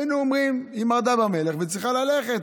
היינו אומרים: היא מרדה במלך וצריכה ללכת.